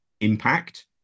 impact